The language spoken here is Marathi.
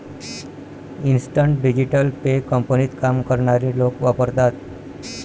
इन्स्टंट डिजिटल पे कंपनीत काम करणारे लोक वापरतात